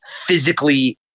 physically